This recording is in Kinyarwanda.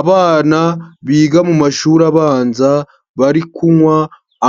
Abana biga mu mashuri abanza, bari kunywa